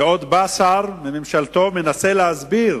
ועוד בא שר מממשלתו ומנסה להסביר